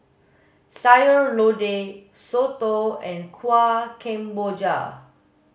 sayur lodeh soto and kuih kemboja